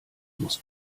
muss